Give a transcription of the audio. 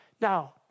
Now